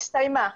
הסתיימה,